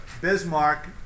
Bismarck